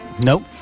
Nope